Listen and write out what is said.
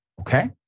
okay